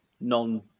non